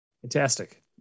Fantastic